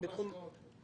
גם בתחום ההשקעות לא.